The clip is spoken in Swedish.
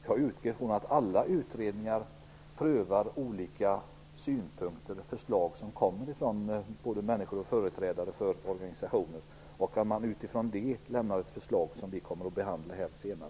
Jag utgår från att alla utredningar prövar olika synpunkter och förslag från såväl enskilda som företrädare för organisationer och utifrån det lämnar förslag som vi senare kan behandla här.